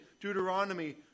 Deuteronomy